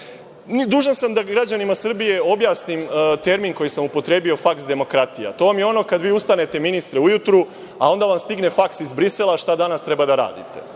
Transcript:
sam da građanima Srbije objasnim termin koji sam upotrebio, faks demokratija. To vam je ono kada vi ustanete ministre ujutru, a onda vam stigne faks iz Brisela šta danas treba da radite.